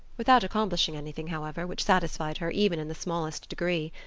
without accomplishing anything, however, which satisfied her even in the smallest degree.